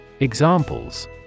Examples